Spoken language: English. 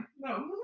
no